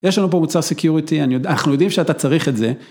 יש לנו פה מוצר סיקיוריטי, אנחנו יודעים שאתה צריך את זה.